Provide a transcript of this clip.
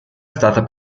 stata